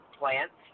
plants